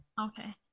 Okay